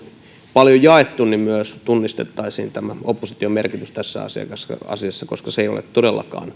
paljon jaettu että tunnistettaisiin myös tämä opposition merkitys tässä asiassa asiassa koska se ei ole todellakaan